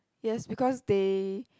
yes because they